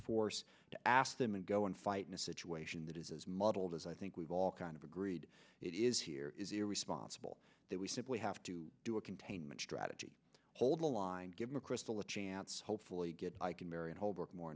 force to ask them and go and fight in a situation that is as muddled as i think we've all kind of agreed it is here is irresponsible that we simply have to do a containment strategy hold the line give mcchrystal a chance hopefully get i can marr